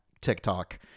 TikTok